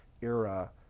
era